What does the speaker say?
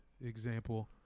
example